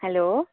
hello